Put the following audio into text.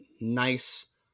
nice